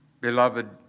Beloved